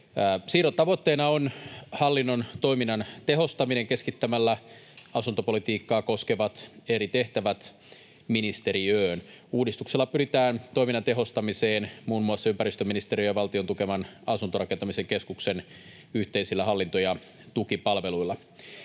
Siirron tavoitteena on hallinnon toiminnan tehostaminen keskittämällä asuntopolitiikkaa koskevat eri tehtävät ministeriöön. Uudistuksella pyritään toiminnan tehostamiseen muun muassa ympäristöministeriön ja Valtion tukeman asuntorakentamisen keskuksen yhteisillä hallinto- ja tukipalveluilla.